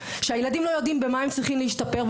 כשהילדים לא יודעים במה הם צריכים להשתפר,